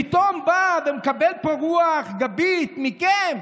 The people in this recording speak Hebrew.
פתאום בא ומקבל פה רוח גבית מכם,